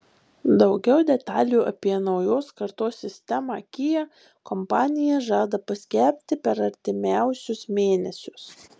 daugiau detalių apie naujos kartos sistemą kia kompanija žada paskelbti per artimiausius mėnesius